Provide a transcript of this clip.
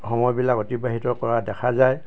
সময়বিলাক অতিবাহিত কৰা দেখা যায়